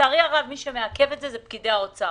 לצערי הרב מי שמעכב את זה הם פקידי האוצר.